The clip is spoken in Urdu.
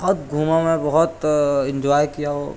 بہت گھوما میں بہت انجوائے کیا